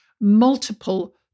multiple